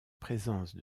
présence